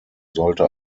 sollte